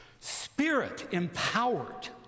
spirit-empowered